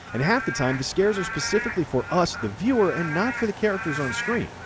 and half the time the scares are specifically for us the viewer and not for the characters on screen.